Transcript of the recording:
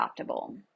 adoptable